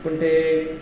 पूण ते